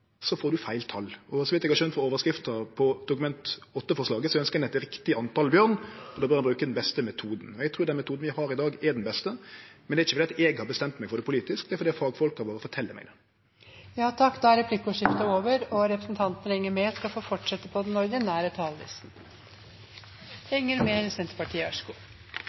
får ein feil tal. Så vidt eg har forstått av overskrifta på Dokument 8-forslaget, ønskjer ein eit riktig tal på bjørn, og då bør ein bruke den beste metoden. Eg trur den metoden vi har i dag, er den beste. Men det er ikkje fordi eg har bestemt meg for det politisk, det er fordi fagfolka våre fortel meg det. Replikkordskiftet er over. Jeg må si jeg er både overrasket over debatten og veldig skuffet over Fremskrittspartiet og Arbeiderpartiet, som sitter her i salen og er